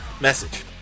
message